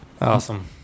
Awesome